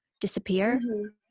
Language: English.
disappear